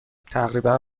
تقریبا